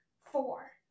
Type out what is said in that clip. Four